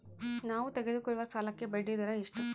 ನಾವು ತೆಗೆದುಕೊಳ್ಳುವ ಸಾಲಕ್ಕೆ ಬಡ್ಡಿದರ ಎಷ್ಟು?